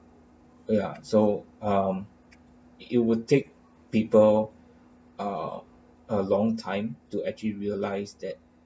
yeah so um it will take people ah a long time to actually realise that